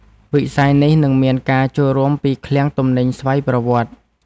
វិស័យនេះនឹងមានការចូលរួមពីឃ្លាំងទំនិញស្វ័យប្រវត្តិ។